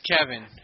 Kevin